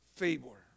favor